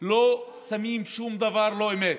ולא שמים שום דבר שהוא לא אמת,